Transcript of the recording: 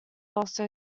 also